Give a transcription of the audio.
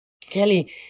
Kelly